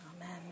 Amen